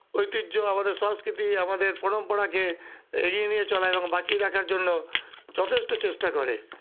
ঐতিহ্য আমাদের সংস্কৃতি আমাদের পরম্পরাকে এগিয়ে নিয়ে চলে এবং বাঁচিয়ে রাখার জন্য যথেষ্ট চেষ্টা করে